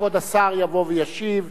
כבוד השר יבוא וישיב.